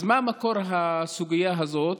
אז מה מקור הסוגיה הזאת?